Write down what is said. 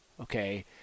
okay